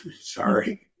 Sorry